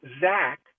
Zach